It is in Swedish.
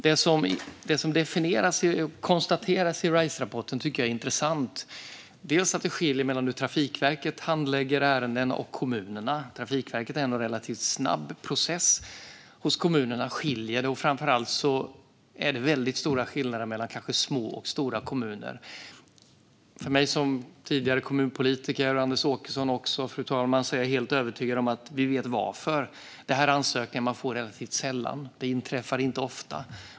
Det konstateras i Riserapporten, vilket jag tycker är intressant, att det skiljer sig åt mellan hur Trafikverket och kommunerna handlägger ärenden. Trafikverket har ändå en relativt snabb process. Men även hos kommunerna skiljer det sig. Framför allt är det väldigt stora skillnader mellan små och stora kommuner. Jag är helt övertygad om, fru talman, att både Anders Åkesson och jag som tidigare kommunpolitiker vet varför. Detta är ansökningar man får relativt sällan. Det inträffar inte ofta.